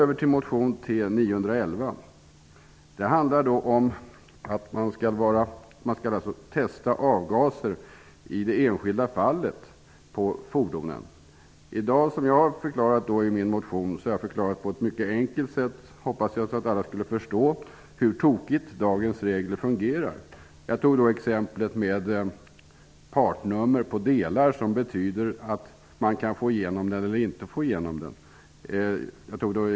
Över till motion TU911 som handlar om att man skall testa avgaser från fordon i det enskilda fallet. Jag har i min motion förklarat på ett mycket enkelt sätt, som jag hoppades att alla skulle förstå, hur tokigt dagens regler fungerar. Jag tog då exemplet med partnummer på bildelar som betyder att bilen antingen kan gå igenom eller inte gå igenom en besiktning.